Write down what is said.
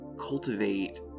cultivate